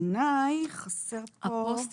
פוסט